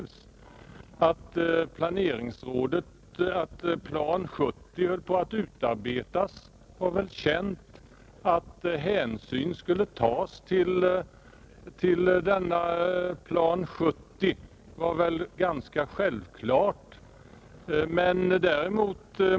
Att Länsprogram 1970 höll på att utarbetas var väl känt, och att hänsyn skulle tas därtill var väl ganska självklart.